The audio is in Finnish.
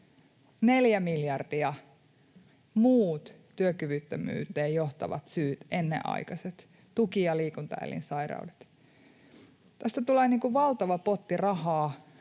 4 miljardia, muut työkyvyttömyyteen johtavat syyt, ennenaikaiset tuki- ja liikuntaelinsairaudet. Tästä tulee valtava potti rahaa,